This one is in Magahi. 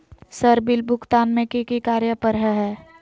सर बिल भुगतान में की की कार्य पर हहै?